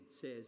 says